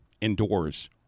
indoors